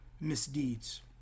misdeeds